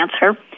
answer